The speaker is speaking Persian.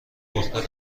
دختر